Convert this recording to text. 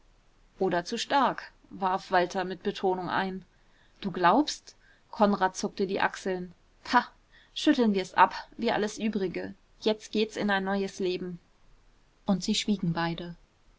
oder zu stark warf walter mit betonung ein du glaubst konrad zuckte die achseln pah schütteln wir's ab wie alles übrige jetzt geht's in ein neues leben und sie schwiegen beide